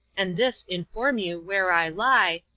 and this inform you where i lie,